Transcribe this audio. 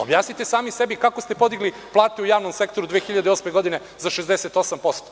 Objasnite sami sebi kako ste podigli plate u javnom sektoru 2008. godine za 68%